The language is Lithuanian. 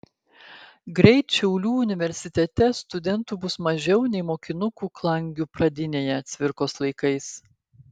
greit šiaulių universitete studentų bus mažiau nei mokinukų klangių pradinėje cvirkos laikais